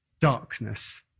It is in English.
darkness